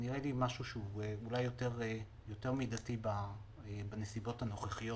זה נראה לי משהו יותר מידתי בנסיבות הנוכחיות.